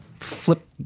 flip